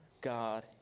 God